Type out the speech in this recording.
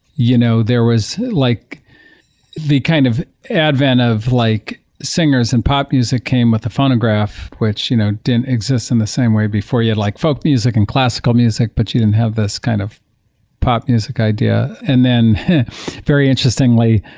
you know there was like the kind of advent of like singers and pop music came with the phonograph, which you know didn't exist in the same way before. you'd like folk music and classical music, but you didn't have this kind of pop music idea. and then very interestingly,